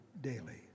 daily